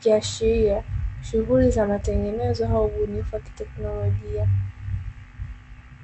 kiashiria shughuli za matengenezo au ubunifu wa teknolojia.